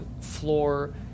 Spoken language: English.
floor